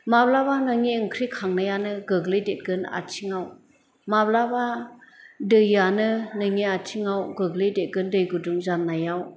माब्लाबा नोंनि ओंख्रि खांनायानो गोग्लैदेदगोन आथिङाव माब्लाबा दैआनो नोंनि आथिङाव गोग्लैदेदगोन दै गुदुं जान्नायाव